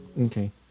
Okay